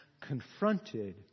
confronted